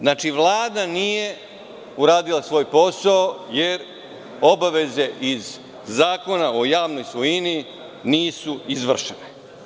Znači, Vlada nije uradila svoj posao jer obaveze iz Zakona o javnoj svojini nisu izvršene.